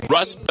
Russ